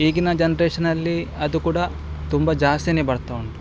ಈಗಿನ ಜನ್ರೇಷನಲ್ಲಿ ಅದು ಕೂಡ ತುಂಬ ಜಾಸ್ತಿನೇ ಬರ್ತಾ ಉಂಟು